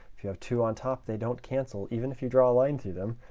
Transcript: if you have two on top, they don't cancel. even if you draw a line through them,